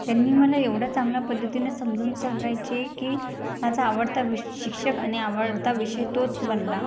त्यांनी मला एवढं चांगल्या पद्धतीने समजून सांगायचे की माझा आवडता विष शिक्षक आणि आवडता विषय तोच बनला